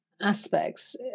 aspects